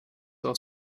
auch